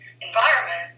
environment